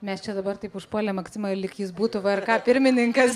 mes čia dabar taip užpuolėm maksimą lyg jis būtų vrk pirmininkas